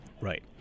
Right